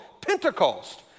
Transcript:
Pentecost